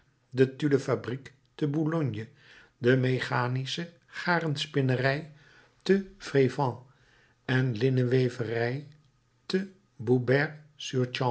de tulle fabriek te boulogne de mechanische garenspinnerij te frevent en de linnenweverij te